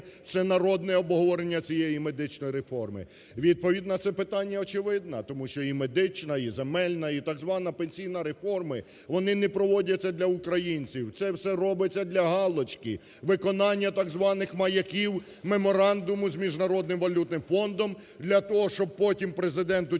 всенародне обговорення цієї медичної реформи? Відповідь на це питання очевидно, тому що і медична, і земельна, і так звана пенсійна реформи, вони не проводяться для українців, це все робиться для галочки, виконання так званих маяків, меморандуму з Міжнародним валютним фондом для того, щоб потім Президенту